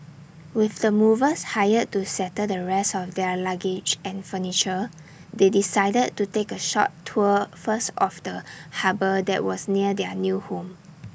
with the movers hired to settle the rest of their luggage and furniture they decided to take A short tour first of the harbour that was near their new home